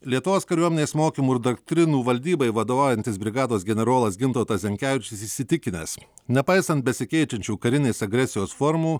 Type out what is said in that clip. lietuvos kariuomenės mokymų ir doktrinų valdybai vadovaujantis brigados generolas gintautas zenkevičius įsitikinęs nepaisant besikeičiančių karinės agresijos formų